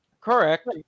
Correct